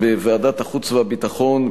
בוועדת החוץ והביטחון,